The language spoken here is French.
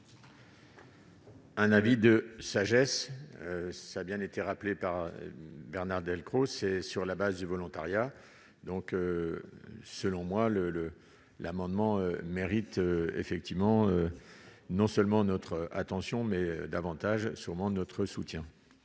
Un avis de sagesse, ça a bien été rappelé par Bernard Delcros, c'est sur la base du volontariat. Donc selon moi le le l'amendement mérite effectivement non seulement notre attention, mais davantage sûrement notre soutien.